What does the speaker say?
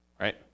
Right